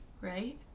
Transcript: right